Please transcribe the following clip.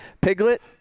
Piglet